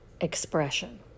expression